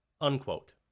Unquote